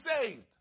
saved